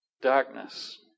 darkness